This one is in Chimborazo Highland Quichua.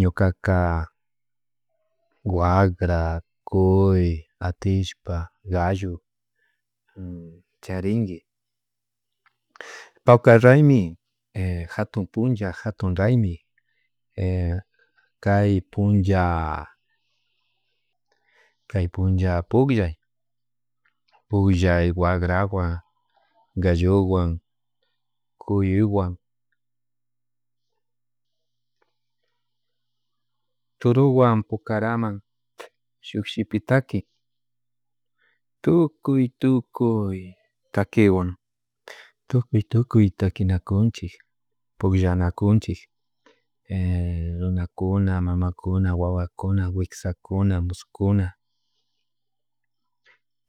Ñukaka wakra, cuy, atillpa, gallo, charinki, pawkar raymi jatun puncha jatun raymi kay puncha cay puncha puklla puklla wakrawan gallowan cuyewan turowan pukaran shushipitaki tukuy tukuy takiwan tukuy tukuy takinakunchik pukllanakunchik runakuna mamakuna wawakuna wiksakuna muskuna